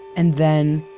and then,